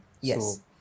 Yes